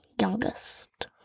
youngest